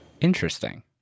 Interesting